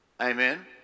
Amen